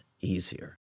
easier